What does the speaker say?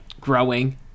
growing